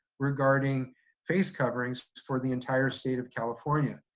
regarding face coverings for the entire state of california.